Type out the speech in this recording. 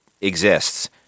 exists